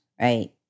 right